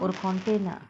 will contain ah